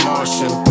Martian